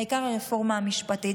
העיקר הרפורמה המשפטית.